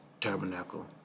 Tabernacle